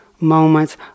moments